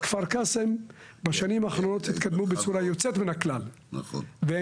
כפר קאסם בשנים האחרונות התקדמו בצורה יוצאת מן הכלל והם